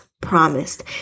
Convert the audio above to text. promised